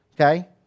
Okay